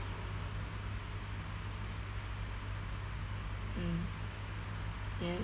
mm yes